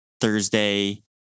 Thursday